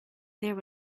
there